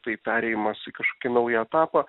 tai perėjimas į kažkokį naują etapą